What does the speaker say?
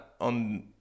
on